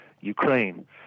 Ukraine